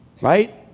right